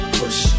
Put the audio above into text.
push